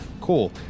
Cool